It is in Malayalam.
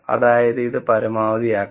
അതായത് ഇത് പരമാവധിയാക്കണം